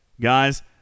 Guys